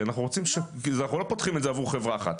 כי אנחנו לא פותחים את זה עבור חברה אחת,